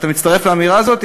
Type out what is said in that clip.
אתה מצטרף לאמירה הזאת?